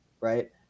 Right